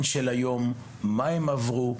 מסוכם לילדים התוכן של היום אותו עברו,